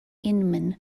inman